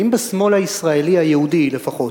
האם בשמאל הישראלי, היהודי לפחות,